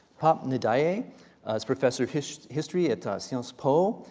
pap ndiaye is professor of history history at sciences po,